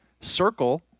circle